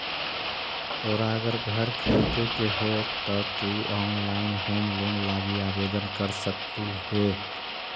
तोरा अगर घर खरीदे के हो त तु ऑनलाइन होम लोन लागी आवेदन कर सकलहुं हे